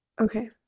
Okay